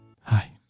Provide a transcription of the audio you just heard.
Hi